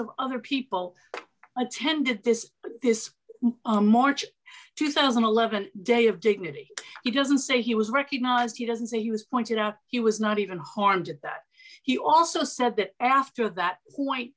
of other people attended this this march two thousand and eleven day of dignity he doesn't say he was recognized he doesn't say he was pointed out he was not even harmed at that he also said that after that white